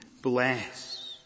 Bless